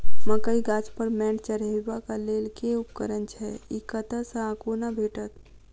मकई गाछ पर मैंट चढ़ेबाक लेल केँ उपकरण छै? ई कतह सऽ आ कोना भेटत?